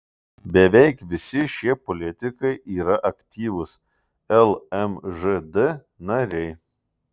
beveik visi šie politikai yra aktyvūs lmžd nariai